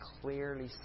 clearly